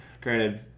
granted